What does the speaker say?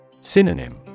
Synonym